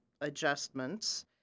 adjustments